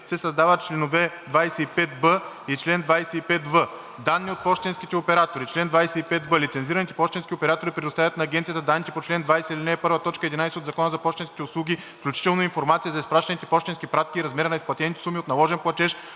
се създават чл. 25б и чл. 25в: „Данни от пощенските оператори Чл. 25б. (1) Лицензираните пощенски оператори предоставят на агенцията данните по чл. 20, ал. 1, т. 11 от Закона за пощенските услуги, включително и информация за изпращаните пощенски пратки и размера на изплатените суми от наложен платеж